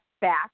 back